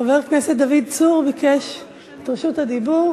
חבר הכנסת דוד צור ביקש את רשות הדיבור,